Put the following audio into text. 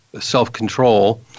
self-control